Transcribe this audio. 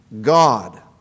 God